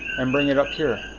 and bring it up here.